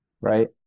right